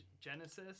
genesis